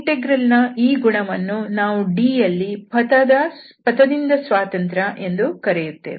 integral ನ ಈ ಗುಣವನ್ನು ನಾವು D ಯಲ್ಲಿ ಪಥದಿಂದ ಸ್ವಾತಂತ್ರ್ಯ ಎಂದು ಕರೆಯುತ್ತೇವೆ